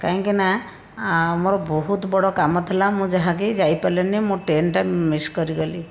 କାହିଁକିନା ମୋର ବହୁତ ବଡ଼ କାମ ଥିଲା ମୁଁ ଯାହାକି ଯାଇପାରିଲିନି ମୁଁ ଟ୍ରେନଟା ମିସ୍ କରିଗଲି